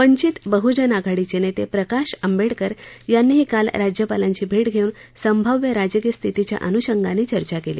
वंचित बहजन आघाडीचे नेते प्रकाश आंबेडकर यांनीही काल राज्यपालांची भेट घेऊन संभाव्य राजकीय स्थितीच्या अनुषंगानं चर्चा केली